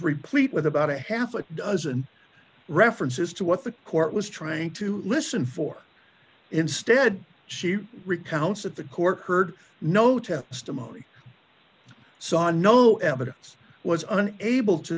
replete with about a half a dozen references to what the court was trying to listen for instead she recounts that the court heard no testimony saw no evidence was an able to